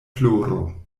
ploro